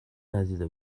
ندیده